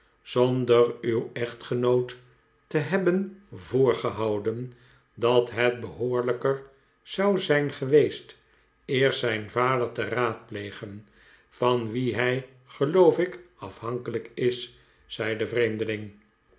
zonder uw echtgenoot te hebben voorgehouden dat het behoorlijker zou zijn geweest eerst zijn vader te raadplegen van wien hij geloof ik afhankelijk is zei de vreemdeling